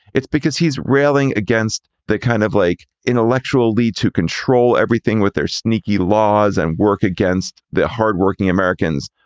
it's because he's railing against the kind of like intellectual leaders who control everything with their sneaky laws and work against against the hard working americans,